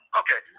okay